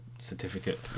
certificate